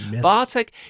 Bartek